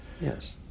yes